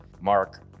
Mark